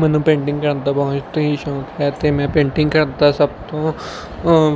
ਮੈਨੂੰ ਪੇਂਟਿੰਗ ਕਰਨ ਦਾ ਬਹੁਤ ਹੀ ਸ਼ੌਂਕ ਹੈ ਅਤੇ ਮੈਂ ਪੇਂਟਿੰਗ ਕਰਦਾ ਸਭ ਤੋਂ